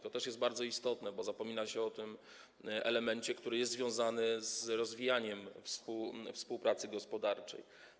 To też jest bardzo istotne, bo zapomina się o tym elemencie, który jest związany z rozwijaniem współpracy gospodarczej.